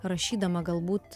rašydama galbūt